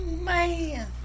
Man